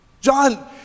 John